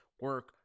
Work